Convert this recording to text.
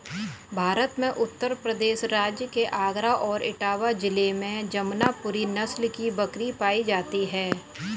भारत में उत्तर प्रदेश राज्य के आगरा और इटावा जिले में जमुनापुरी नस्ल की बकरी पाई जाती है